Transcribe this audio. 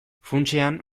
funtsean